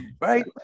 right